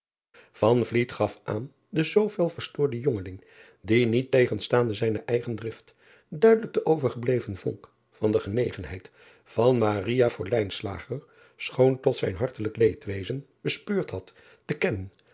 gaf aan den zoo fel verstoorden jongeling die niettegenstaande zijne eigen drift duidelijk de overgebleven vonk van de genegenheid van voor schoon tot zijn hartelijk leedwezen bespeurd had te kennen